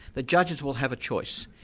the judges will have a choice.